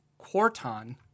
Quarton